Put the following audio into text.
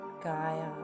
Gaia